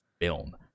film